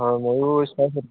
হয় মইয়ো